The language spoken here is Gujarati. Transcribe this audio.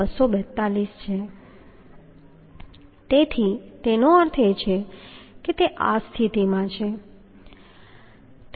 242 છે તેથી તેનો અર્થ એ છે કે તે આ સ્થિતિમાં છે